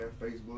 Facebook